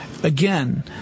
Again